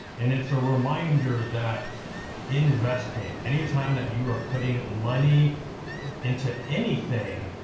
and it's a reminder that investing, anytime that you are putting money into anything,